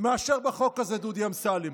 מאשר בחוק הזה, דודי אמסלם.